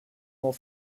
more